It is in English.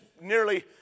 nearly